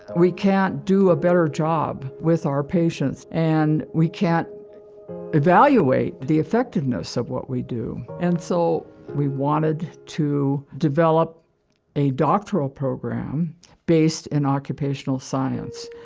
we can't do a better job with our patients, and we can't evaluate the effectiveness of what we do. and so we wanted to develop a doctoral program based in occupational science,